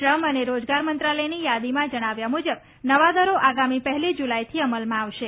શ્રમ અને રોજગાર મંત્રાલયની યાદીમાં જણાવ્યા મુજબ નવા દરો આગામી પહેલી જુલાઈથી અમલમાં આવશે